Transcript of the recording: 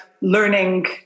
learning